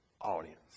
audience